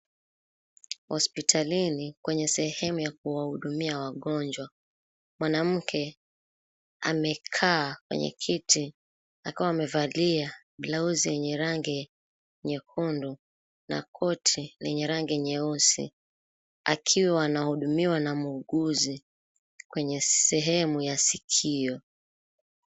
Hospitalini kwenye sehemu ya kuwahudumia wagonjwa, mwanamke amekaa kwenye kiti akiwa amevalia blausi yenye rangi nyekundu na koti lenye rangi nyeusi, akiwa anahudumiwa na muuguzi kwenye sehemu ya sikio.